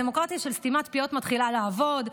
הדמוקרטיה של סתימת פיות מתחילה לעבוד,